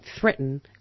threaten